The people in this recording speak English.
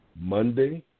Monday